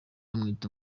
bamwita